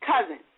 cousin